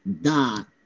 Dot